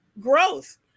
growth